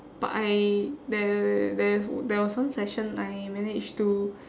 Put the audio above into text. but I there there there was one session I managed to